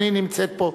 חנין נמצאת פה.